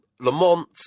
Lamont